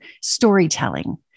Storytelling